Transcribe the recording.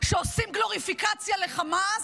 שעושים גלוריפיקציה לחמאס,